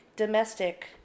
domestic